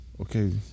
Okay